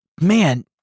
man